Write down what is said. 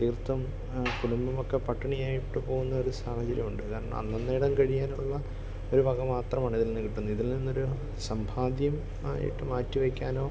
തീർത്തും ആ കുടുംബമൊക്കെ പട്ടിണിയായിട്ട് പോകുന്ന ഒരു സാഹചര്യമുണ്ട് കാരണം അന്നന്നേരം കഴിയാനുള്ള ഒരു വക മാത്രമാണിതിൽ നിന്ന് കിട്ടുന്നത് ഇതിൽ നിന്നൊരു സമ്പാദ്യം ആയിട്ട് മാറ്റി വെക്കാനോ